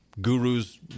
gurus